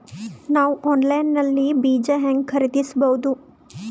ನಾವು ಆನ್ಲೈನ್ ನಲ್ಲಿ ಬೀಜ ಹೆಂಗ ಖರೀದಿಸಬೋದ?